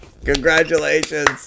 Congratulations